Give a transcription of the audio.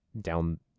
down